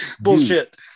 bullshit